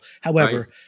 However-